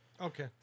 Okay